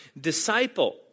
disciple